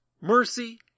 mercy